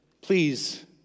please